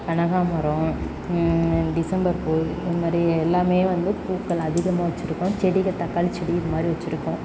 கனகாம்பரம் டிசம்பர்ப்பூ இதுமாதிரி எல்லாமே வந்து பூக்கள் அதிகமாக வச்சுருக்கோம் செடிகள் தக்காளி செடி இதுமாதிரி வச்சுருக்கோம்